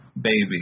baby